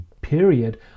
period